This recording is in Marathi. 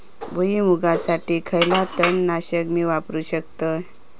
भुईमुगासाठी खयला तण नाशक मी वापरू शकतय?